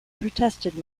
protested